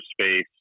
space